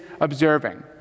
observing